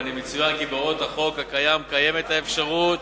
יצוין כי בהוראות החוק הקיים קיימת האפשרות,